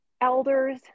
elders